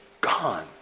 gone